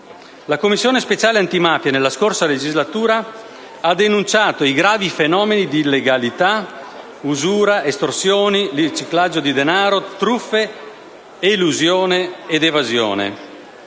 La Commissione parlamentare antimafia nella scorsa legislatura ha denunciato i gravi fenomeni di illegalità legati al settore: usura, estorsioni, riciclaggio di denaro, truffe, elusione ed evasione.